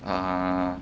ah